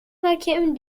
cinquième